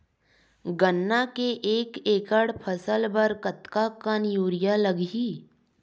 गन्ना के एक एकड़ फसल बर कतका कन यूरिया लगही?